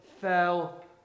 fell